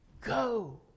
Go